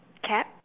cap